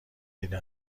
دیده